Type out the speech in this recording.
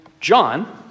John